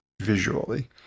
visually